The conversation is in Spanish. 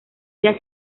día